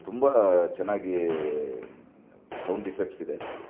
ತುಂಬ ಚೆನ್ನಾಗಿ sound effects ಇದೆ